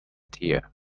tear